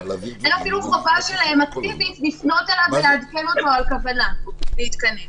אין אפילו חובה שלהם אקטיבית לפנות אליו ולעדכן אותו על כוונה להתכנס.